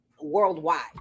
worldwide